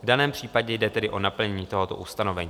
V daném případě jde tedy o naplnění tohoto ustanovení.